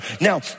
Now